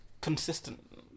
consistent